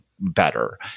better